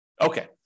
okay